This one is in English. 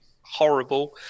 horrible